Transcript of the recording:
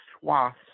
swaths